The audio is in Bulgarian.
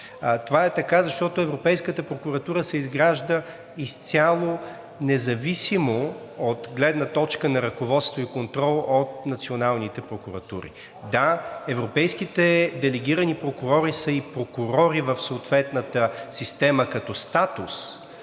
Това е така, защото Европейската прокуратура се изгражда изцяло, независимо от гледна точка на ръководство и контрол, от националните прокуратури. Да, европейските делегирани прокурори са и прокурори в съответната система като статус,